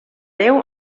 déu